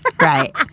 Right